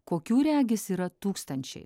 kokių regis yra tūkstančiai